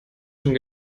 schon